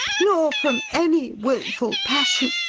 nor from any wilful passion.